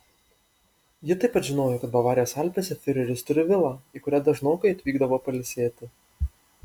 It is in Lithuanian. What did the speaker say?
ji taip pat žinojo kad bavarijos alpėse fiureris turi vilą į kurią dažnokai atvykdavo pailsėti